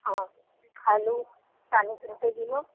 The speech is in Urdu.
ہاں آلو چالیس روپے کلو